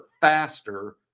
faster